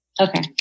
Okay